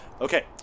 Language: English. Okay